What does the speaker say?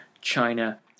China